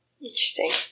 Interesting